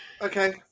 Okay